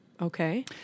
Okay